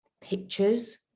pictures